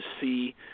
see